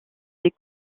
des